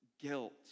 guilt